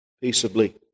Peaceably